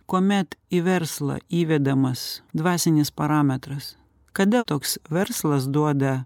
kuomet į verslą įvedamas dvasinis parametras kada toks verslas duoda